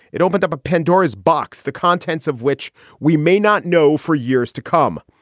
it opened up a pandora's box. the contents of which we may not know for years to come.